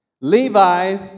Levi